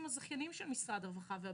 הזכייניים של משרדי הרווחה והבריאות.